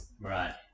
Right